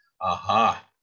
aha